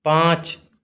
پانچ